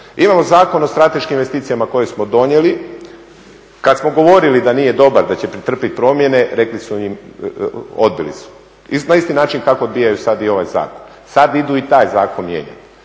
Imamo Zakon o strateškim investicijama koji smo donijeli. Kada smo govorili da nije dobar da će pretrpiti promjene odbili su na isti način kako odbijaju sada i ovaj zakon. sada idu i taj zakon mijenjati,